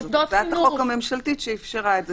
זאת הצעת החוק הממשלתית שאפשרה את זה,